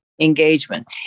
engagement